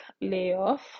layoff